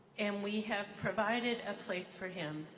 and we have provided a place for him,